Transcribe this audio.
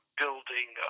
building